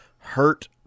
Hurt